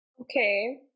Okay